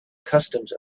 customs